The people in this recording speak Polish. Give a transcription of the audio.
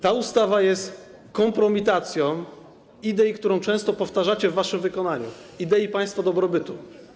Ta ustawa jest kompromitacją idei, która często powtarza się w waszym wykonaniu, idei państwa dobrobytu.